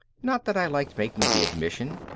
not that i liked making the admission.